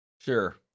Sure